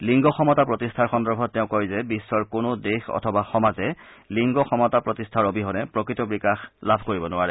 লিংগ সমতা প্ৰতিষ্ঠাৰ সন্দৰ্ভত তেওঁ কয় যে বিশ্বৰ কোনো দেশ অথবা সমাজে লিংগ সমতা প্ৰতিষ্ঠাৰ অবিহনে প্ৰকৃত বিকাশ লাভ কৰিব নোৱাৰে